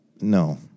no